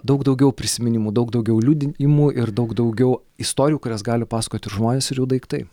daug daugiau prisiminimų daug daugiau liudijimų ir daug daugiau istorijų kurias gali pasakoti žmonės ir jų daiktai